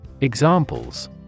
Examples